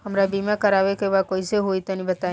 हमरा बीमा करावे के बा कइसे होई तनि बताईं?